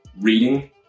reading